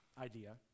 idea